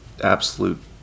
absolute